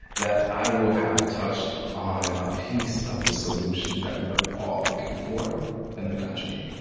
that i will have touched on a piece of the solution that we're all looking for in the country.